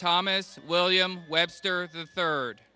thomas william webster the third